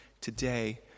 today